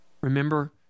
Remember